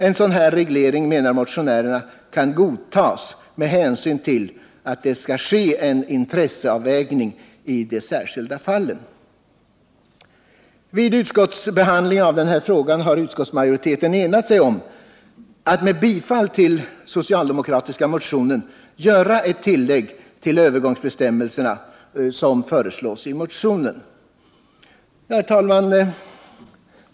En sådan reglering menar motionärerna kan godtas med hänsyn till att det skall ske en intresseavvägning i de särskilda fallen. Vid utskottsbehandlingen av den här frågan har utskottsmajoriteten enat sig om att med bifall till den socialdemokratiska motionen göra det tillägg till övergångsbestämmelserna som föreslås i motionen. Herr talman!